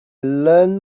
learn